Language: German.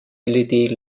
led